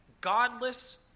godless